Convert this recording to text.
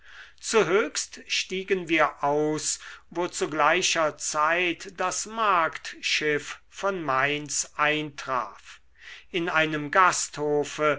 zu höchst stiegen wir aus wo zu gleicher zeit das marktschiff von mainz eintraf in einem gasthofe